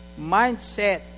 mindset